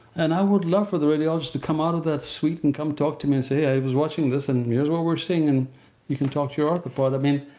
and i would love for the radiologist to come out of that suite and come talk to me and say, hey, i was watching this and here's what we're seeing and you can talk to your orthopod. i mean,